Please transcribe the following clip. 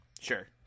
Sure